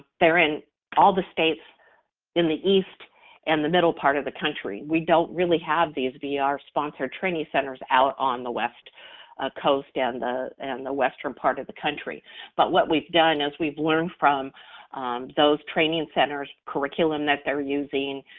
there in all the states in the east and the middle part of the country. we don't really have these ah vr sponsor training centers out on the west ah coast, and the and the western part of the country but what we've done is we've learned from those training centers curriculum that they're using,